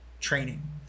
training